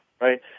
right